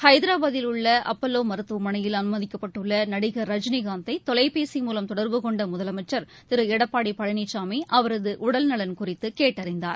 ஹைதராபாத்தில் உள்ள அப்பல்லோ மருத்துவமனையில் அனுமதிக்கப்பட்டள்ள நடிகள் ரஜினிகாந்தை தொலைபேசி மூலம் தொடர்பு கொண்ட முதலமைச்சர் திரு எடப்பாடி பழனிசாமி அவரது உடல் நலன் குறித்து கேட்டறிந்தார்